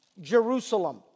Jerusalem